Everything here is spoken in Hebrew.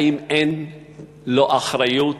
האם אין לו אחריות